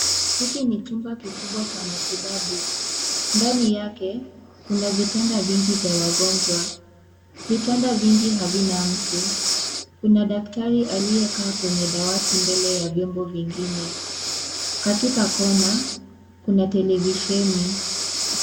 Hiki ni chumba kikubwa cha matibabu, ndani yake kuna vitanda vingi vya wagonjwa vitanda vingi havina watu kuna daktari aliyekaa kwenye dawati mbele ya vyombo vingine, katika kona kuna televisheni .